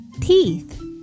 Teeth